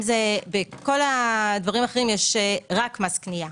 בכל הדברים האחרים יש רק מס קנייה.